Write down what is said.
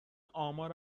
امار